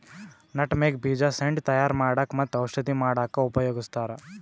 nutmeg ಬೀಜ scent ತಯಾರ್ ಮಾಡಕ್ಕ್ ಮತ್ತ್ ಔಷಧಿ ಮಾಡಕ್ಕಾ ಉಪಯೋಗಸ್ತಾರ್